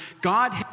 God